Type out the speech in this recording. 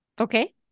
Okay